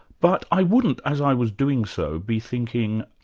but i wouldn't as i was doing so, be thinking,